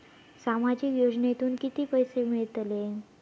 सामाजिक योजनेतून किती पैसे मिळतले?